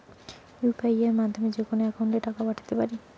UPI মাধ্যমে যেকোনো একাউন্টে টাকা পাঠাতে পারি?